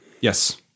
Yes